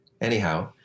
Anyhow